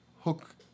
hook